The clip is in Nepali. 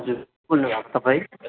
हजुर को बोल्नु भएको तपाईँ